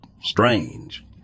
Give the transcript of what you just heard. strange